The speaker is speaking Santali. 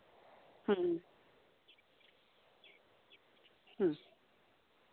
ᱦᱩᱸ